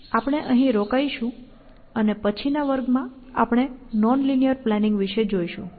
આપણે અહીં રોકાઈશું અને પછીના વર્ગમાં આપણે નોન લિનીઅર પ્લાનિંગ વિશે જોઈશું